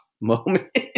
moment